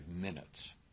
minutes